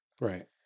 right